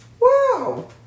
Wow